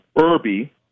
Irby